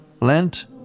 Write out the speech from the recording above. Lent